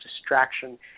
distraction